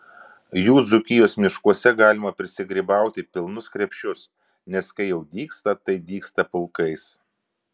jų dzūkijos miškuose galima prisigrybauti pilnus krepšius nes kai jau dygsta tai dygsta pulkais